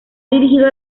dirigido